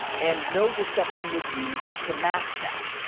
and no deception was used to mask that.